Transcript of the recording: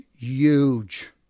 Huge